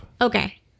Okay